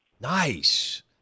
Nice